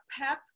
pep